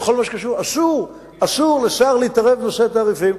אסור לשר להתערב בנושא התעריפים.